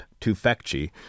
Tufekci